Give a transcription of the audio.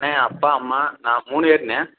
அண்ணே அப்பா அம்மா நான் மூணு பேர்ண்ணே